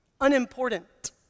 unimportant